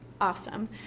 awesome